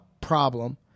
problem